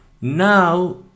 now